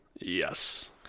yes